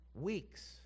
weeks